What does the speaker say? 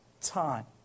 time